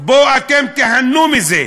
בואו אתם, תיהנו מזה.